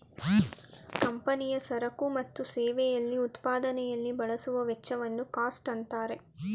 ಕಂಪನಿಯ ಸರಕು ಮತ್ತು ಸೇವೆಯಲ್ಲಿ ಉತ್ಪಾದನೆಯಲ್ಲಿ ಬಳಸುವ ವೆಚ್ಚವನ್ನು ಕಾಸ್ಟ್ ಅಂತಾರೆ